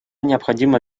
необходима